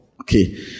Okay